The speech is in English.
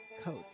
coach